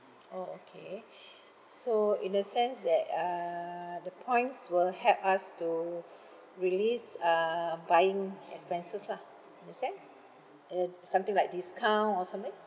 orh okay so in a sense that uh the points will help us to release uh buying expenses lah in a sense uh something like discount or something